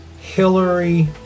Hillary